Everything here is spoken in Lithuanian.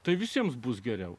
tai visiems bus geriau